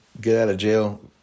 get-out-of-jail